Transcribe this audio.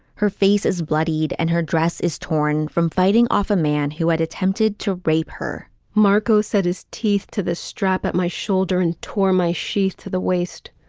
her face is bloodied and her dress is torn from fighting off a man who had attempted to rape her marco set his teeth to the strap at my shoulder and tore my sheath to the waist.